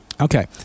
Okay